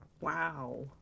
Wow